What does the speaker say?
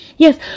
Yes